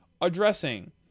addressing